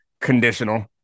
conditional